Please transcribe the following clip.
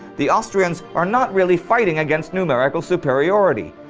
the austrians are not really fighting against numerical superiority.